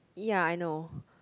ya I know